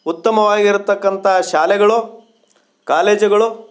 ಉತ್ತಮವಾಗಿರತಕ್ಕಂಥ ಶಾಲೆಗಳು ಕಾಲೇಜುಗಳು